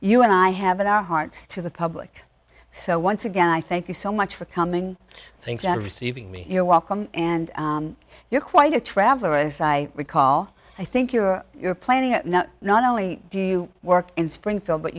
you and i have in our hearts to the public so once again i thank you so much for coming thanks john receiving me your welcome and you're quite a traveler as i recall i think you're you're planning now not only do you work in springfield but